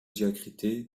diacritée